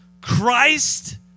Christ